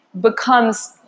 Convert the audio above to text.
becomes